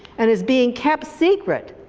and is being kept secret,